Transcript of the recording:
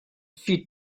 she